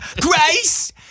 Grace